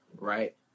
right